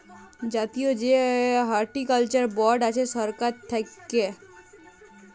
জাতীয় যে horticulture board আছে সরকার থাক্যে